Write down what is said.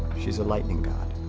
she's a lightning god,